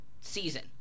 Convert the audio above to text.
season